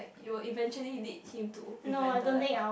it will eventually lead him to invent the light bulb